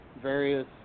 various